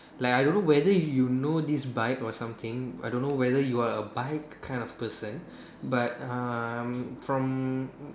like I don't know whether you know this bike or something I don't know whether you are a bike kind of person but um from